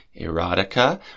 erotica